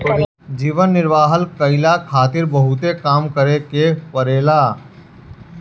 जीवन निर्वाह कईला खारित बहुते काम करे के पड़ेला